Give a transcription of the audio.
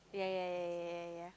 yeah yeah yeah yeah yeah yeah